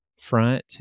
front